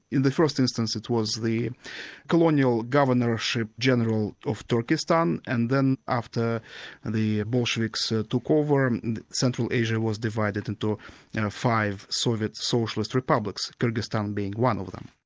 in the first instance it was the colonial governorship general of turkestan and then after the bolsheviks ah took over, central asia was divided into five soviet socialist republics, kyrgyzstan being one of them.